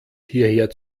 hierher